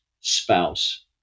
spouse